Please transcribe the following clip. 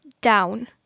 down